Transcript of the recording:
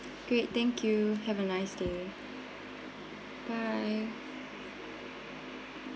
great thank you have a nice day bye